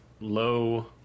low